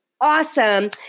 awesome